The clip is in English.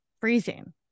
freezing